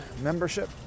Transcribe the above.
membership